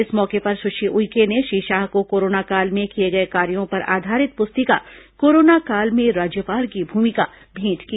इस मौके पर सुश्री उइके ने श्री शाह को कोरोना काल में किए गए कार्यो पर आधारित पुस्तिका कोरोना काल में राज्यपाल की भूमिका भेंट की